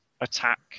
attack